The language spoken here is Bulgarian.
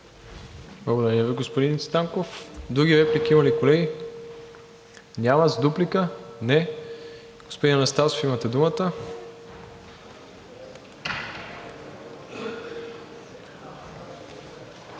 Благодаря Ви, господин Станков. Други реплики има ли, колеги? Няма. За дуплика? Не. Господин Анастасов, имате думата.